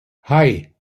hei